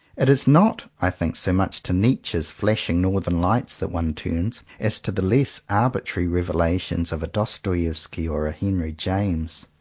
it is not, i think so much to nietzsche's flashing northern lights that one turns, as to the less arbitrary revelations of a dostoevsky or a henry james.